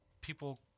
people